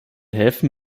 häfen